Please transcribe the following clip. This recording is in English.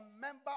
member